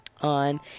on